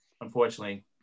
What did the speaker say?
unfortunately